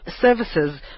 services